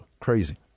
Crazy